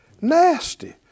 nasty